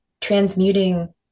transmuting